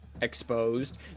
exposed